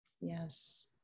Yes